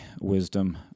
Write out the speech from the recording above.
wisdom